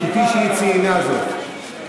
כפי שהיא ציינה זאת,